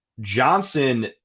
Johnson